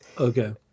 Okay